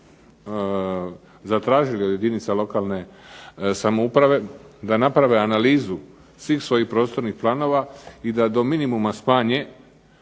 navrata zatražili od jedinica lokalne samouprave da naprave analizu svih svojih prostornih planova i da do minimuma smanje